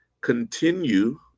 continue